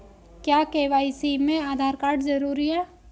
क्या के.वाई.सी में आधार कार्ड जरूरी है?